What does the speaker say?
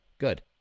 good